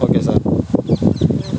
okay sir